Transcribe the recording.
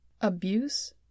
Abuse